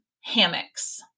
hammocks